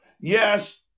Yes